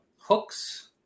hooks